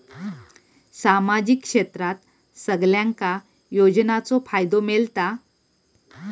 सामाजिक क्षेत्रात सगल्यांका योजनाचो फायदो मेलता?